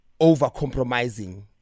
over-compromising